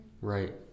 Right